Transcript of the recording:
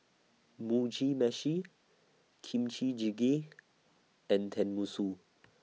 Mugi Meshi Kimchi Jjigae and Tenmusu